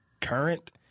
current